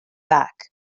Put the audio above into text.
back